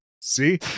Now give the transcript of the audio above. see